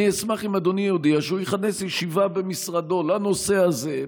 אני אשמח אם אדוני יודיע שהוא יכנס ישיבה במשרדו בנושא הזה,